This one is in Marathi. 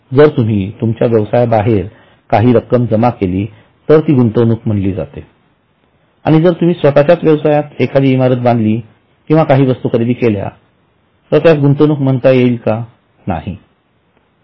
जर तुम्ही तुमच्या व्यवसायाबाहेर काही रक्कम जमा केली तर ती गुंतवणूक म्हणाली जाते आणि जर तुम्ही स्वतःच्या व्यवसायात एक इमारत बांधली किंवा काही वस्तू खरेदी केल्या तर त्यास गुंतवणूक म्हणत नाहीत